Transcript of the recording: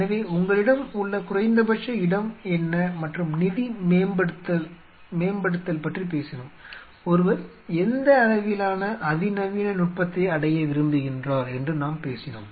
எனவே உங்களிடம் உள்ள குறைந்தபட்ச இடம் என்ன மற்றும் நிதி மேம்படுத்தல் பற்றி பேசினோம் ஒருவர் எந்த அளவிலான அதிநவீன நுட்பத்தை அடைய விரும்புகின்றார் என்று நாம் பேசினோம்